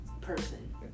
person